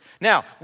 Now